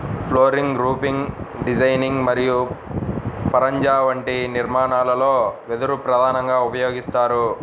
flooring, roofing designing మరియు పరంజా వంటి నిర్మాణాలలో వెదురు ప్రధానంగా ఉపయోగిస్తారు